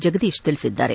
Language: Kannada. ಜಗದೀಶ್ ತಿಳಿಸಿದ್ದಾರೆ